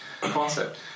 concept